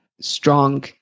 strong